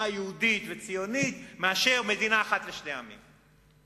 יהודית וציונית יותר מאשר מדינה אחת לשני עמים.